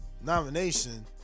nomination